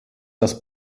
das